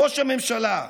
ראש הממשלה,